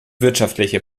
wirtschaftliche